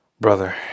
brother